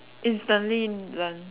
instantly learn